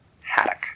Haddock